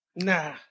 Nah